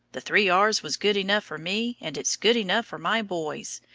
the three r's was good enough for me and it's good enough for my boys.